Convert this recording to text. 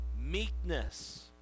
meekness